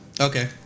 Okay